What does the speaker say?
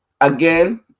Again